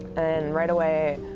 and right away,